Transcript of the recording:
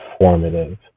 informative